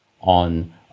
on